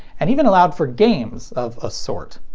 and even allowed for games of a sort.